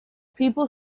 people